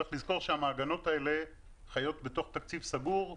צריך לזכור שהמעגנות האלה חיות בתקציב סגור.